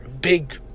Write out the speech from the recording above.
big